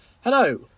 Hello